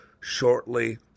shortly